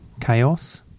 chaos